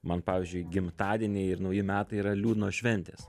man pavyzdžiui gimtadieniai ir nauji metai yra liūdnos šventės